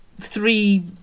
three